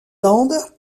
land